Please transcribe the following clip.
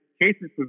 cases